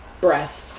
breasts